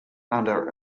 under